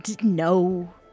No